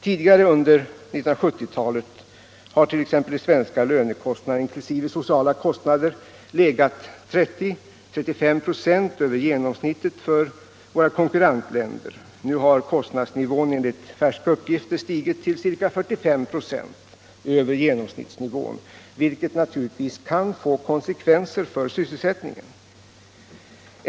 Tidigare under 1970-talet har t.ex. de svenska lönekostnaderna inklusive sociala kostnader legat 30-35 "» över genomsnittet för våra konkurrentländer. Nu har kostnadsnivån enligt färska uppgifter stigit till ca 45 "» över genomsnittsnivån, vilket naturligtvis kan få konsekvenser för sysselsättningen.